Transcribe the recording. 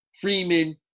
Freeman